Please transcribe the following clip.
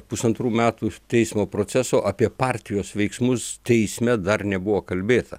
pusantrų metų teismo proceso apie partijos veiksmus teisme dar nebuvo kalbėta